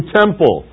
temple